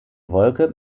wolke